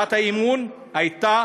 הצעת האי-אמון הייתה